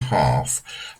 half